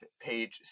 page